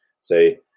Say